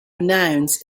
nouns